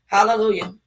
Hallelujah